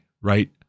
right